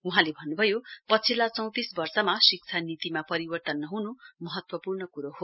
वहाँले भन्नुभयो पछिल्ली चौंतिस वर्षमा शिक्षा नीतिमा परिवर्तन नहुनु महत्वपूर्ण कुरो हो